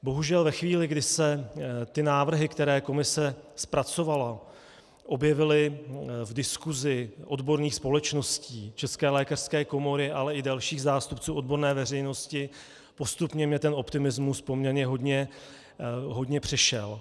Bohužel ve chvíli, kdy se návrhy, které komise zpracovala, objevily v diskusi odborných společností, České lékařské komory, ale i dalších zástupců odborné veřejnosti, postupně mě ten optimismus poměrně hodně přešel.